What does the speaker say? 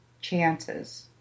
chances